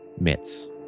mitts